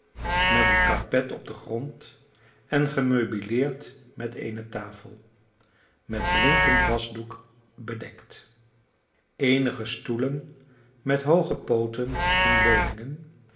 met een karpet op den grond en gemeubileerd met eene tafel met blinkend wasdoek bedekt eenige stoelen met hooge pooten en leuningen